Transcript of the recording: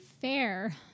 fair